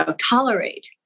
tolerate